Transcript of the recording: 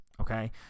Okay